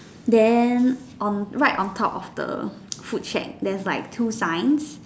then on right on top of the food shack there's like two signs